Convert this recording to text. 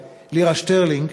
הלירה-שטרלינג,